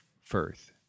Firth